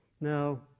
Now